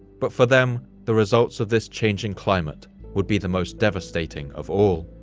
but for them, the results of this changing climate would be the most devastating of all.